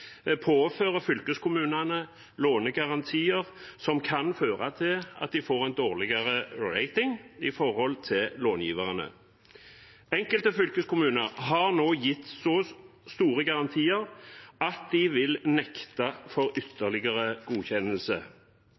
påfører fylkeskommunene lånegarantier som kan føre til at de får en dårligere rating med hensyn til långiverne. Enkelte fylkeskommuner har nå gitt så store garantier at de vil nekte ytterligere godkjennelse.